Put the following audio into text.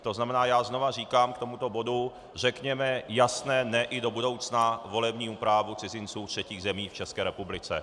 To znamená, já znovu říkám k tomuto bodu: řekněme jasné ne i do budoucna volebnímu právu cizinců třetích zemí v České republice!